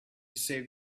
save